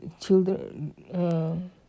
children